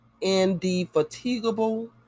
indefatigable